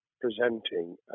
presenting